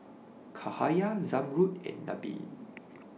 Cahaya Zamrud and Nabil